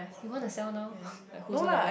you wanna sell now like who's gonna buy